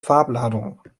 farbladung